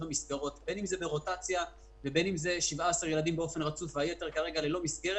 בין אם בגלל שיש רק 17 ילדים והיתר ללא מסגרת.